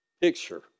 picture